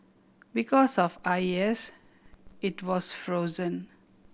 because of I S it was frozen